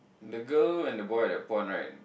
the girl and the boy at the pond right